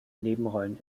nebenrollen